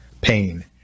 Pain